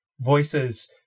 Voices